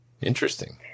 Interesting